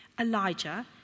Elijah